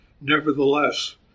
Nevertheless